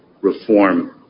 reform